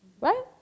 Right